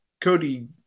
Cody